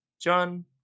John